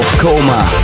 Coma